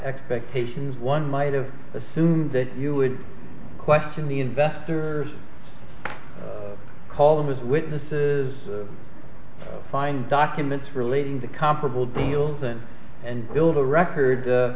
expectations one might have assumed that you would question the investors call them as witnesses find documents relating to comparable deals and and build a record